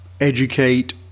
educate